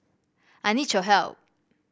I need your help